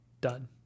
done